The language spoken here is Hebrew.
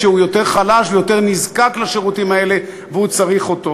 שהוא יותר חלש ויותר נזקק לשירותים האלה והוא צריך אותו.